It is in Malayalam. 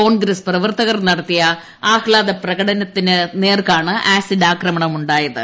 കോൺഗ്രസ് പ്രവർത്തകർ നടത്തിയ ആഹ്താദപ്രകടനത്തിന് നേർക്കാണ് ആസിഡാക്രമണമു ായത്